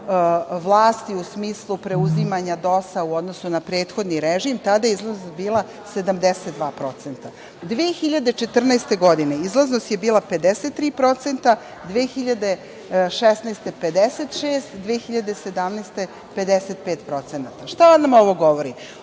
vlasti, u smislu preuzimanja DOS-a u odnosu na prethodni režim, tada je izlaznost bila 72%. Godine 2014. izlaznost je bila 53%, 2016. godine 56%, 2017. godine 55%.Šta nam ovo govori?